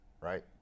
right